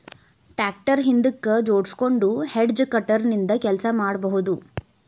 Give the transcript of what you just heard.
tractor ಹಿಂದಕ್ ಜೋಡ್ಸ್ಕೊಂಡು hedge cutter ನಿಂದ ಕೆಲಸ ಮಾಡ್ಬಹುದು